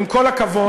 עם כל הכבוד,